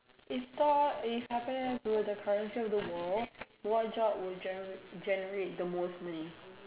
if thought if happiness were the currency of the world what job would gener~ generate the most money